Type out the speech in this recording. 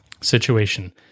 situation